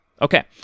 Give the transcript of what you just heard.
Okay